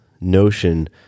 notion